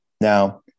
Now